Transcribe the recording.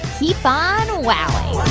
keep on wowing